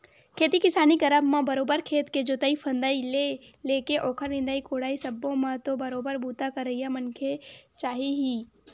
खेती किसानी करब म बरोबर खेत के जोंतई फंदई ले लेके ओखर निंदई कोड़ई सब्बो म तो बरोबर बूता करइया मनखे चाही ही